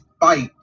fight